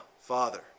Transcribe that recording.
Father